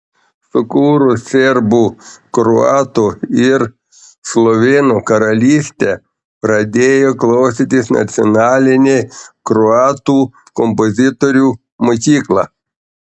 sukūrus serbų kroatų ir slovėnų karalystę pradėjo klostytis nacionalinė kroatų kompozitorių mokykla